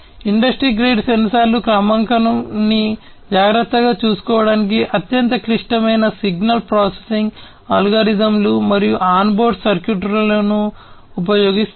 industry grade సెన్సార్లు క్రమాంకనాన్ని జాగ్రత్తగా చూసుకోవడానికి అత్యంత క్లిష్టమైన సిగ్నల్ ప్రాసెసింగ్ అల్గోరిథంలు మరియు ఆన్ బోర్డ్ సర్క్యూట్రీలను ఉపయోగిస్తాయి